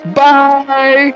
bye